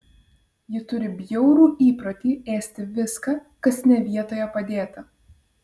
ji turi bjaurų įprotį ėsti viską kas ne vietoje padėta